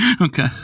Okay